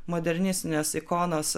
modernistinės ikonos